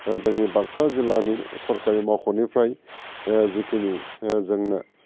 जोंनि बाकसा जिल्लानि सोरकारि मावख'निफ्राय जिखिनि जोंनो